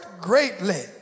greatly